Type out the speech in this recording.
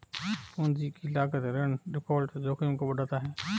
पूंजी की लागत ऋण डिफ़ॉल्ट जोखिम को बढ़ाता है